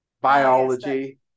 Biology